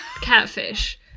catfish